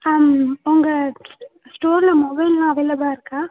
ஆ ம் உங்கள் ஸ்டோரில் மொபைலெலாம் அவைலபிளாக இருக்கா